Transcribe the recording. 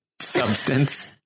substance